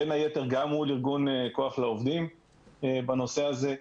בין היתר גם מול ארגון כוח לעובדים בנושא הזה.